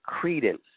credence